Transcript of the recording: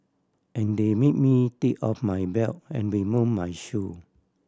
and they made me take off my belt and remove my shoe